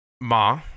Ma